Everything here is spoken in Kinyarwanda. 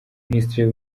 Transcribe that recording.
minisitiri